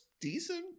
decent